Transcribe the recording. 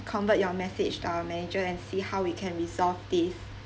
convert your message to our manager and see how we can resolve this